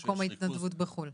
במקום ההתנדבות בחו"ל.